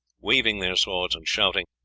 waving their swords and shouting,